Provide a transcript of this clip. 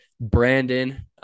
brandon